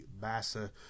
Bassa